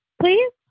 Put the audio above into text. please